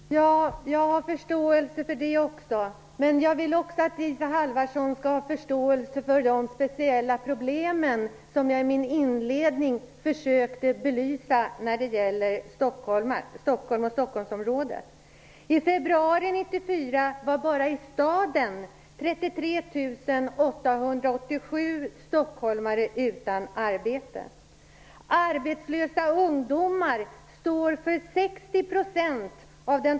Fru talman! Jag har förståelse för det också! Men jag vill också att Isa Halvarsson skall ha förståelse för de speciella problem som jag i min inledning försökte belysa när det gäller Stockholm och I februari 1994 var 33 887 personer bara i själva staden utan arbete.